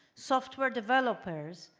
software developers,